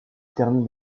termine